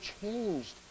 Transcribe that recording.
changed